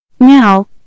Now